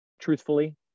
Truthfully